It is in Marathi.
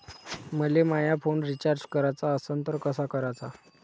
मले माया फोन रिचार्ज कराचा असन तर कसा कराचा?